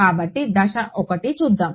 కాబట్టి దశ 1 చూద్దాం